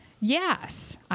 yes